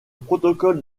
protocole